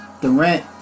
Durant